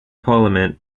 parliament